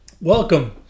Welcome